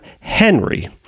Henry